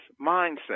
mindset